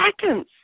seconds